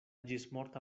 ĝismorta